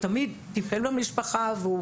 הוא תמיד טיפל במשפחה והוא